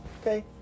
okay